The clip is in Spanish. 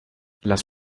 las